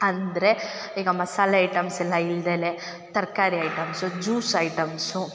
ಅಂದರೆ ಈಗ ಮಸಾಲೆ ಐಟಮ್ಸೆಲ್ಲ ಇಲ್ದಲೆ ತರಕಾರಿ ಐಟಮ್ಸು ಜ್ಯೂಸ್ ಐಟಮ್ಸು